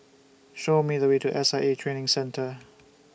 Show Me The Way to S I A Training Center